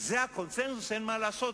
זה הקונסנזוס, אין מה לעשות.